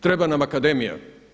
Treba nam akademija.